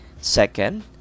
Second